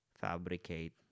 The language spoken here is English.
fabricate